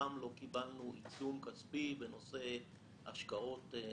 לא קיבלנו עיצום כספי בנושא השקעות.